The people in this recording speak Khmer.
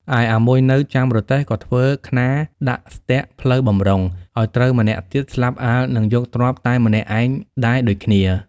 ឯអាមួយនៅ ចាំរទេះក៏ធ្វើខ្នារដាក់ស្ទាក់ផ្លូវបម្រុងឱ្យត្រូវម្នាក់ទៀតស្លាប់អាល់នឹងយកទ្រព្យតែម្នាក់ឯងដែរដូចគ្នា។